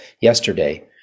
yesterday